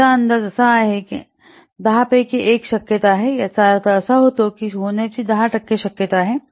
याचा अंदाज असा आहे की 10 पैकी 1 शक्यता आहे याचा अर्थ असा होतो की हे होण्याची 10 टक्के शक्यता आहे